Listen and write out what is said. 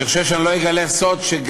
אני חושב שאני לא אגלה סוד אם